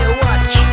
watch